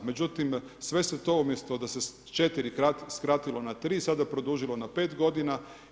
Međutim sve se to umjesto da se sa 4 skratilo na 3 sada produžilo na 5 godina.